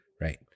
Right